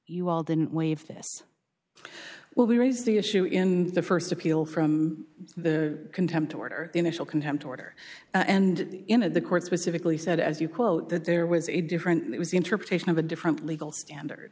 you all didn't wave this well we raised the issue in the st appeal from the contempt order initial contempt order and in of the court specifically said as you quote that there was a different interpretation of a different legal standard